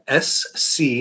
sc